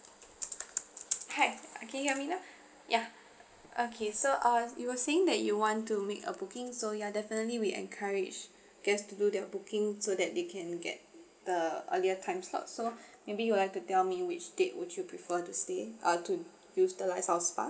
hi can you hear me now ya okay so uh you were saying that you want to make a booking so ya definitely we encourage guest to do their booking so that they can get the earlier time slot so maybe you would like to tell me which date would you prefer to stay uh to utilise our spa